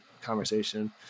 conversation